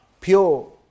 pure